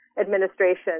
administration